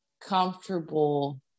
comfortable